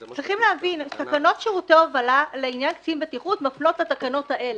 יש להבין תקנות שירותי הובלה לעניין קצין בטיחות מפנות לתקנות האלה.